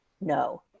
No